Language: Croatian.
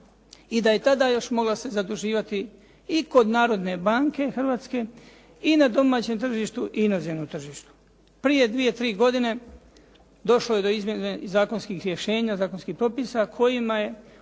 i da je tada još se mogla zaduživati i kod Narodne banke Hrvatske i na domaćem tržištu i na inozemnom tržištu. Prije dvije, tri godine došlo je do izmjene zakonskih rješenja, zakonskih propisa kojima je